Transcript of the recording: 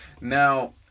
Now